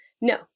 No